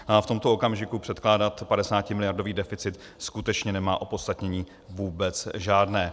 V tomto okamžiku předkládat padesátimiliardový deficit skutečně nemá opodstatnění vůbec žádné.